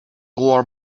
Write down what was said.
war